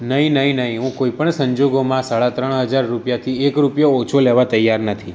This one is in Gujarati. નહીં નહીં નહીં હુ કોઈ પણ સંજોગોમાં સાડા ત્રણ હજાર રૂપિયાથી એક રૂપિયો ઓછો લેવા તૈયાર નથી